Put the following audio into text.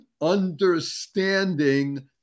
understanding